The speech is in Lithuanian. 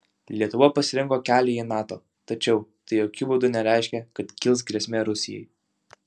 lietuva pasirinko kelią į nato tačiau tai jokiu būdu nereiškia kad kils grėsmė rusijai